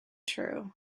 true